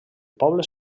poble